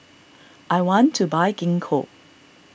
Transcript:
I want to buy Gingko